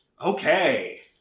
Okay